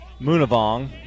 Munavong